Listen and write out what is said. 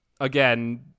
again